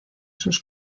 sus